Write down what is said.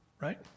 Right